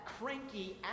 cranky